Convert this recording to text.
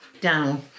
down